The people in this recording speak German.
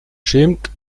schämt